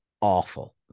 awful